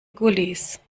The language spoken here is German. gullys